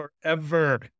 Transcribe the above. forever